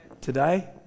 today